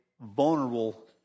vulnerable